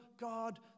God